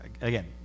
again